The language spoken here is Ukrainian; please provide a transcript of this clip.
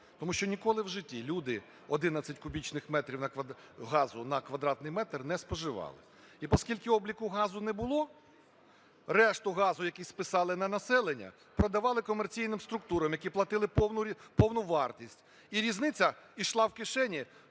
Тому що ніколи в житті люди 11 кубічних метрів газу на квадратний метр не споживали. І оскільки обліку газу не було, решту газу, який списали на населення, продавали комерційним структурам, які платили повну вартість. І різниця ішла в кишені